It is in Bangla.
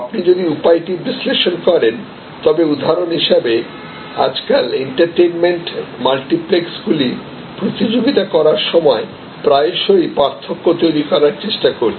আপনি যদি উপায়টি বিশ্লেষণ করেন তবে উদাহরণ হিসাবেআজকাল এন্টারটেইনমেন্ট মাল্টিপ্লেক্সগুলি প্রতিযোগিতা করার সময় প্রায়শই পার্থক্য তৈরি করার চেষ্টা করছে